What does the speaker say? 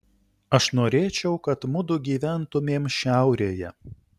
aš norėčiau kad mudu gyventumėm šiaurėje